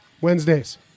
Wednesdays